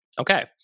Okay